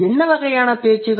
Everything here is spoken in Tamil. என்ன வகையான பேச்சுகள்